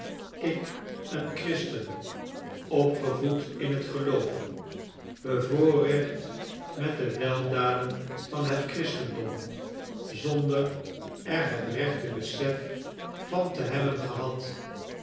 ik een christen opgevoed in het geloof bevoorrecht met de weldaden van het christendom zonder er het rechte besef van te hebben gehad